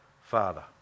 Father